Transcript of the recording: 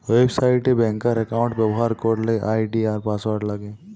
website এ ব্যাংকার account ব্যবহার করলে আই.ডি আর পাসওয়ার্ড লাগে